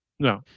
No